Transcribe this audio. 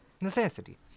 Necessity